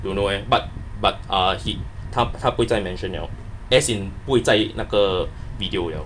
don't know eh but but uh he 他他会在 mention liao as in 不会在那个 video liao